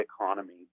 economy